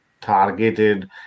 targeted